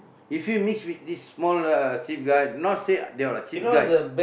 if you mix with this small uh cheap guys not say they all are cheap guys